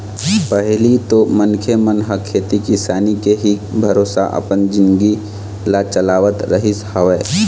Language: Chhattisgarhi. पहिली तो मनखे मन ह खेती किसानी के ही भरोसा अपन जिनगी ल चलावत रहिस हवय